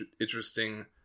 interesting